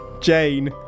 Jane